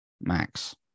Max